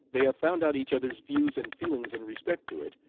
they have found out each other's views and feelings in respect to it,